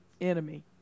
enemy